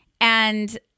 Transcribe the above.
and-